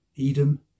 Edom